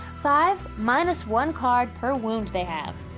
five, minus one card per wound they have.